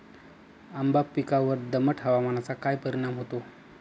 आंबा पिकावर दमट हवामानाचा काय परिणाम होतो?